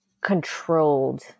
controlled